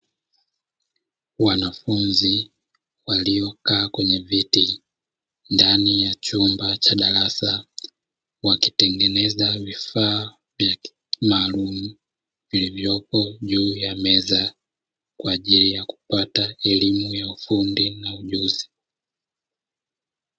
Wanafunzi waliokaa kwenye viti ndani ya chumba cha darasa, wakitengeneza vifaa maalumu vilivyopo juu ya meza ngumu kwa ajili ya kupata elimu ya ufundi na ujuzi.